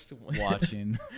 watching